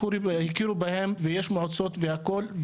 הכירו בהם ויש מועצות והכול.